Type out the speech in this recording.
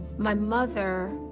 my mother